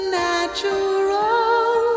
natural